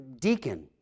deacon